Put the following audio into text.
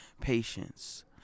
patience